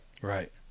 Right